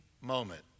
moment